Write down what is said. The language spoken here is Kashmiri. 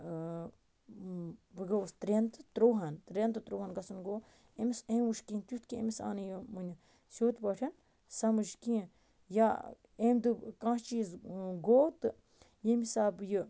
بہٕ گوٚوُس ترٛٮ۪ن تہٕ تُرہن ترٛٮ۪ن تہٕ تُرہن گَژھُن گوٚو أمِس أمۍ وُچھِ کیٚنٛہہ تیُتھ کیٚنٛہہ أمِس آو نہٕ یہِ وٕنہِ سیوٚد پٲٹھۍ سمجھ کیٚنٛہہ یا أمۍ دوٚپ کانٛہہ چیٖز گوٚو تہٕ ییٚمہِ حِساب بہٕ یہِ